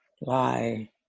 lie